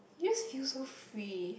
youths feel so free